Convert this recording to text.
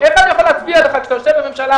איך אני יכול להצביע לך, כשאתה יושב בממשלה?